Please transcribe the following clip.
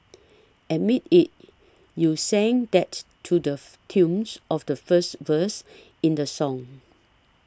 admit it you sang that to the tunes of the first verse in the song